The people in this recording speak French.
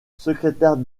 secrétaire